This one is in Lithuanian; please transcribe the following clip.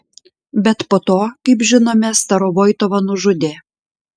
bet po to kaip žinome starovoitovą nužudė